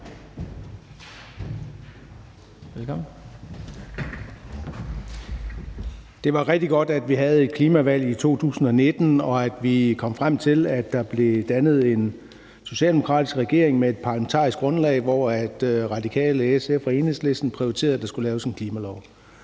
Det var rigtig godt, at vi havde et klimavalg i 2019, og at det førte til, at der blev dannet en socialdemokratisk regering med et parlamentarisk grundlag, hvor Radikale, SF og Enhedslisten prioriterede, at der skulle laves en klimalov.